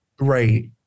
Right